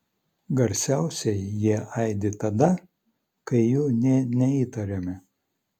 garsiausiai jie aidi tada kai jų nė neįtariame